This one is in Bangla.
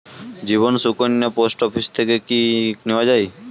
জীবন সুকন্যা কি পোস্ট অফিস থেকে নেওয়া যায়?